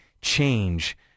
change